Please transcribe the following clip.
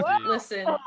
listen